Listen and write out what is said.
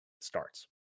starts